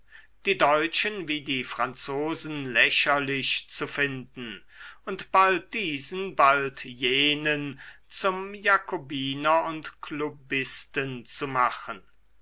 die deutschen wie die franzosen lächerlich zu finden und bald diesen bald jenen zum jakobiner und klubbisten zu machen